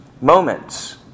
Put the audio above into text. moments